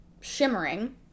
shimmering